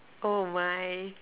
oh my